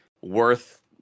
worth